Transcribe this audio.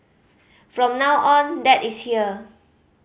from now on dad is here